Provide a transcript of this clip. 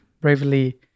bravely